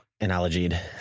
analogied